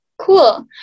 cool